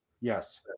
yes